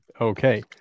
Okay